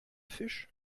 fisch